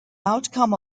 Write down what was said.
outcome